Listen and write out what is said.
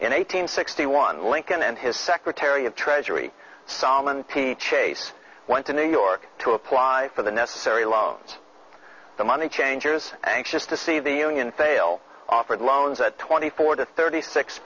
an eight hundred sixty one lincoln and his secretary of treasury solomon chased went to new york to apply for the necessary law the money changers anxious to see the union fail offered loans at twenty four to thirty six